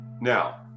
now